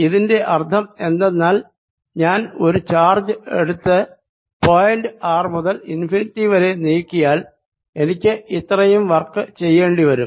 ഇതിന്റെ അർഥം എന്തെന്നാൽ ഞാൻ ഒരു ചാർജ് എടുത്ത് പോയിന്റ് r മുതൽ ഇൻഫിനിറ്റി വരെ നീക്കിയാൽ എനിക്ക് ഇത്രയും വർക്ക് ചെയ്യേണ്ടി വരും